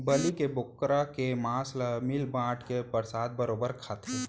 बलि के बोकरा के मांस ल मिल बांट के परसाद बरोबर खाथें